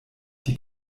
die